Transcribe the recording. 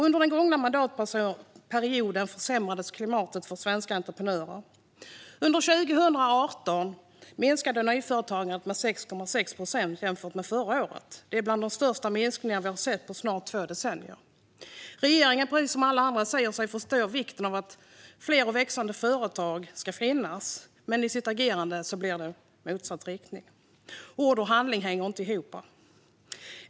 Under den gångna mandatperioden försämrades klimatet för svenska entreprenörer. Under 2018 minskade nyföretagandet med 6,6 procent jämfört med förra året. Det är bland de största minskningar vi har sett på snart två decennier. Regeringen, precis som alla andra, säger sig förstå vikten av att fler och växande företag ska finnas, men i sitt agerande går de i motsatt riktning. Ord och handling hänger inte ihop.